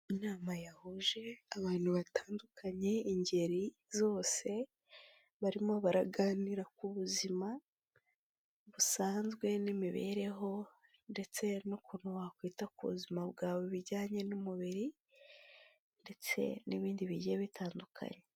Inama yahuje abantu batandukanye ingeri zose, barimo baraganira ku buzima busanzwe n'imibereho ndetse n'ukuntu wakwita ku buzima bwawe bijyanye n'umubiri ndetse n'ibindi bigiye bitandukanye.